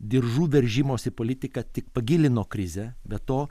diržų veržimosi politika tik pagilino krizę be to